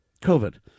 COVID